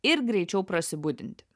ir greičiau prasibudinti